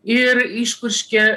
ir išpurškia